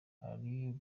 abari